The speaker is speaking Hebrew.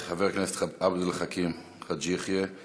חבר הכנסת עבד אל חכים חאג' יחיא,